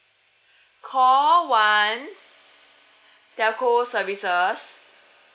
call one telco services